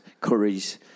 curries